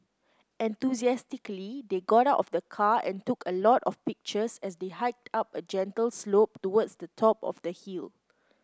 enthusiastically they got out of the car and took a lot of pictures as they hiked up a gentle slope towards the top of the hill